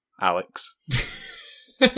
Alex